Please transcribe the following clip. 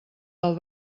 del